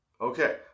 Okay